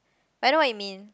but I know what you mean